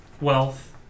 wealth